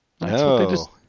No